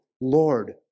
Lord